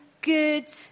good